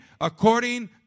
according